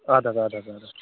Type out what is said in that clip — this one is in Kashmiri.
اَد حظ اَدٕ حظ اَدٕ حظ